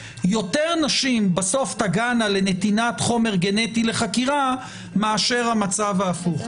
יותר נשים בסוף ייתנו חומר גנטי לחקירה מאשר המצב ההפוך.